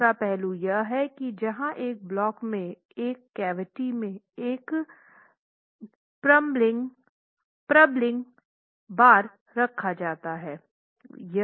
दूसरा पहलू यह हैं की जहां एक ब्लॉक में एक कैविटी में एक प्रबलिंग बार रखा जाता है